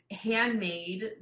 handmade